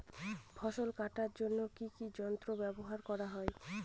ফসল কাটার জন্য কি কি যন্ত্র ব্যাবহার করা হয়?